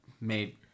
made